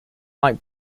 mike